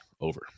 over